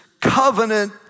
covenant